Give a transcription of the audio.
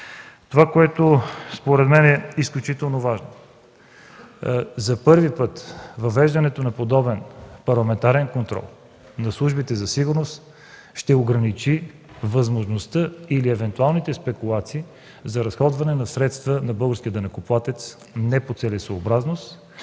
Това, което според мен е изключително важно. За първи път въвеждането на подобен парламентарен контрол на службите за сигурност ще ограничи възможността или евентуалните спекулации за разходване на средства на българския данъкоплатец не по целесъобразност.